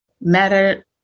Matter